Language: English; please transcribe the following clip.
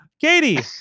Katie